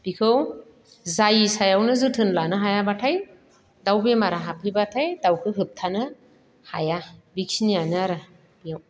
बिखौ जायै सायावनो जोथोन लानो हायाब्लाथाय दाउ बेमारा हाबहैब्लाथाय दाउखौ होबथानो हाया बेखिनियानो आरो बेयाव